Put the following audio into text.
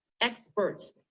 experts